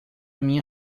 minha